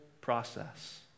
process